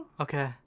Okay